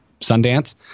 Sundance